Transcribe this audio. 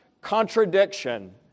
contradiction